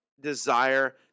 desire